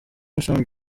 asanzwe